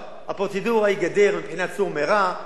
הפרוצדורה היא: גדר בבחינת סור מרע.